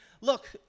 look